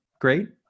great